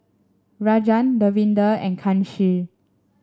Rajan Davinder and Kanshi